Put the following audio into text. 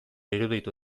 iruditu